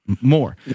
more